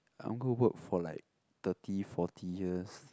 I'm go work for like thirty forty years